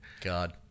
God